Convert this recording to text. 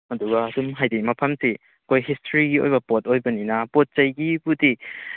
ꯑꯗꯨꯒ ꯑꯗꯨꯝ ꯍꯥꯏꯗꯤ ꯃꯐꯝꯁꯤ ꯑꯩꯈꯣꯏ ꯍꯤꯁꯇ꯭ꯔꯤꯒꯤ ꯑꯣꯏꯕ ꯄꯣꯠ ꯑꯣꯏꯕꯅꯤꯅ ꯄꯣꯠ ꯆꯩꯒꯤꯕꯨꯗꯤ